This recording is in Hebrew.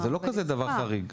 אז זה לא כזה דבר חריג.